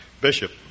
bishop